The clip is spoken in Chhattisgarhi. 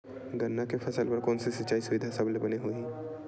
गन्ना के फसल बर कोन से सिचाई सुविधा सबले बने होही?